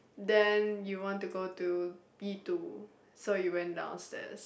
then you want to go to B two so you went downstairs